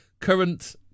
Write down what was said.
Current